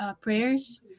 prayers